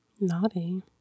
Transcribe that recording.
Naughty